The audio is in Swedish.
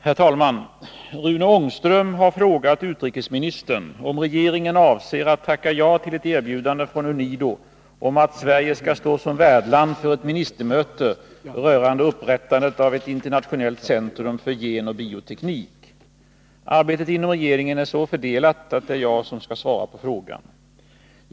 Herr talman! Rune Ångström har frågat utrikesministern om regeringen avser att tacka ja till ett erbjudande från UNIDO om att Sverige skall stå som värdland för ett ministermöte rörande upprättandet av ett internationellt centrum för genoch bioteknik. Arbetet inom regeringen är så fördelat att det är jag som skall svara på frågan.